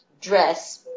dress